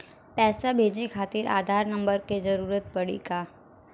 पैसे भेजे खातिर आधार नंबर के जरूरत पड़ी का?